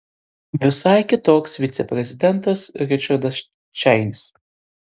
visai kitoks viceprezidentas ričardas čeinis